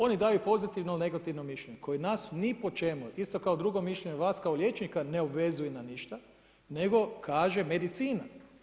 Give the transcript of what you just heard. Oni daju pozitivno ili negativno mišljenje, koji nas ni po čemu, isto kao i drugo mišljenje, vas kao liječnika ne obvezuje na ništa, nego kaže medicina.